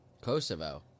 Kosovo